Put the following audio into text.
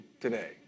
today